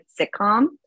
sitcom